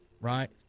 Right